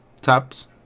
tabs